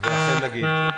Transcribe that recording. ואכן נגיד.